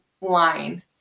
line